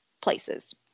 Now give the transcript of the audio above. places